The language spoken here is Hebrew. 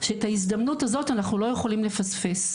שאת ההזדמנות הזאת אנחנו לא יכולים לפספס.